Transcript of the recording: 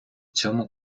цьому